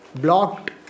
blocked